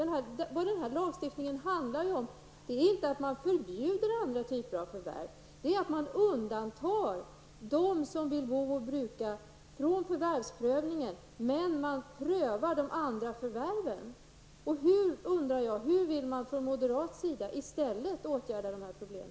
Vad denna lagstiftning handlar om är inte att förbjuda andra typer av förvärv utan att man undantar de som vill bo och bruka från förvärvsprövningen, men man prövar de andra förvärven. Jag undrar hur man från moderat sida i stället vill åtgärda dessa problem.